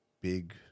big